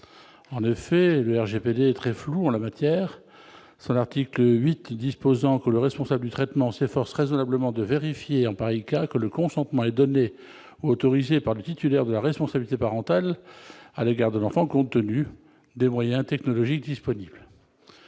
en effet, le RGPD est très floue en la matière : son article 8 disposant que le responsable du traitement s'efforce raisonnablement de vérifier en pareil cas, que le consentement, les données autorisés par le titulaire de la responsabilité parentale à l'égard de l'enfant, compte tenu des moyens technologiques disponible